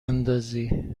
اندازی